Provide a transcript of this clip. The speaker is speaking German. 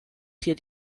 hier